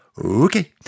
okay